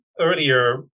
earlier